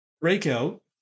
breakout